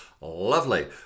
Lovely